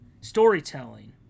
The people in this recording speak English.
storytelling